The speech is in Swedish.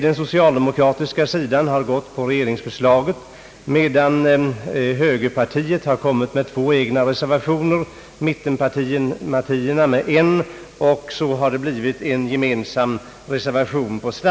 Den socialdemokratiska sidan har följt regeringsförslaget, medan högerpartiet har avgivit två egna reservationer och mittenpartierna en. På sladden har det därutöver blivit en gemensam reservation.